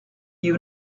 you